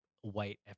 white